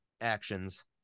actions